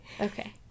Okay